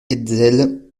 hetzel